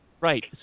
Right